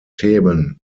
themen